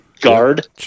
guard